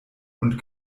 und